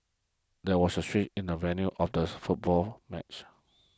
there was a switch in the venue of this football match